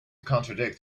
contradict